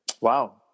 Wow